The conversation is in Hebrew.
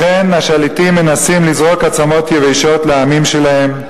לכן השליטים מנסים לזרוק עצמות יבשות לעמים שלהם.